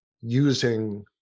using